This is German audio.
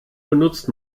benutzt